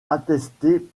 attestés